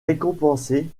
récompensé